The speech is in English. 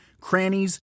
crannies